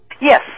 Yes